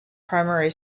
primary